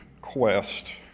quest